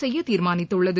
செய்யதீர்மானித்துள்ளது